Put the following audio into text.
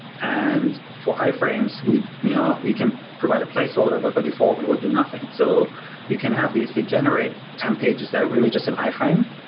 and for i-frames, we you know we can provide a placeholder, but by default we would do nothing. so you can have this degenerate amp pages that are really just an i-frame.